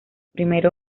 primer